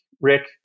Rick